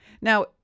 Now